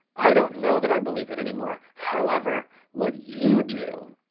i don't know that i believe that anymore. however, what you do,